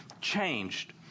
changed